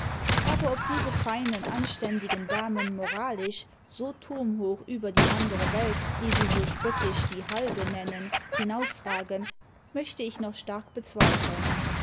aber ob diese feinen anständigen damen moralisch so turmhoch über die andere welt die sie so spöttisch die halbe nennen hinausragen möchte ich noch stark bezweifeln